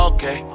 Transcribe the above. Okay